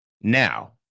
Now